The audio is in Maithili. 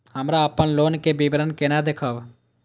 हमरा अपन लोन के विवरण केना देखब?